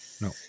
no